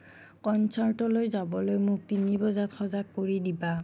কনচাৰ্টলৈ যাবলৈ মোক তিনি বজাত সজাগ কৰি দিবা